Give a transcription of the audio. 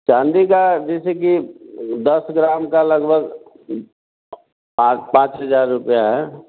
चाँदी का जैसे कि दस ग्राम का लगभग पाँच पाँच हज़ार रूपया है